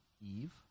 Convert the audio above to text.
Eve